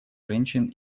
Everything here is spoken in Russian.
женщин